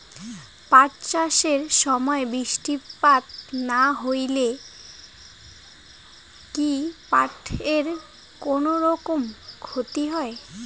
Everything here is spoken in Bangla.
পাট চাষ এর সময় বৃষ্টিপাত না হইলে কি পাট এর কুনোরকম ক্ষতি হয়?